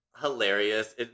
hilarious